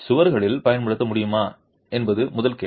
சுவர்களில் பயன்படுத்த முடியுமா என்பது முதல் கேள்வி